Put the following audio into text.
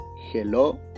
Hello